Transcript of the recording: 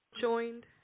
Joined